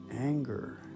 anger